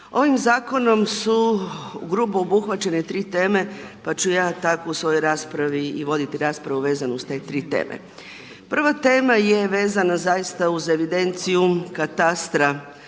Ovim zakonom su grubo obuhvaćene tri teme pa ću ja tako u svojoj raspravi i voditi raspravu vezano uz te tri teme. Prva tema je vezana zaista uz evidenciju katastra